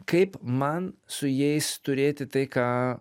kaip man su jais turėti tai ką